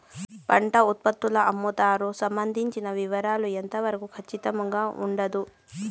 పంట ఉత్పత్తుల అమ్ముతారు సంబంధించిన వివరాలు ఎంత వరకు ఖచ్చితంగా ఉండదు?